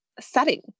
setting